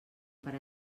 per